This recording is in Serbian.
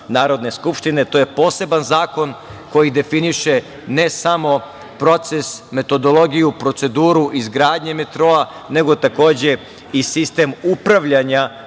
Narodne skupštine. To je poseban zakon koji definiše, ne samo proces, metodologiju, proceduru izgradnje metroa, nego takođe i sistem upravljanja